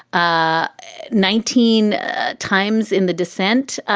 ah nineteen ah times in the dissent.